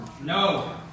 No